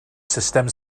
sustem